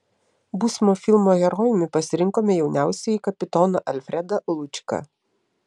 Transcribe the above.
būsimo filmo herojumi pasirinkome jauniausiąjį kapitoną alfredą lučką